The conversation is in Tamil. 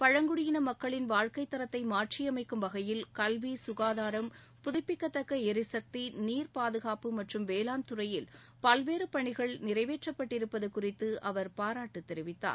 பழங்குடியின மக்களின் வாழ்க்கை தரத்தை மாற்றியமைக்கும் வகையில் கல்வி சுகாதாரம் புதுப்பிக்கத்தக்க எரிசக்தி நீர் பாதுனாப்பு மற்றும் வேளாண்துறையில் பல்வேறு பணிகள் நிறைவேற்றப்பட்டிருப்பது குறித்து அவர் பாராட்டு தெரிவித்தார்